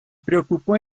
preocupó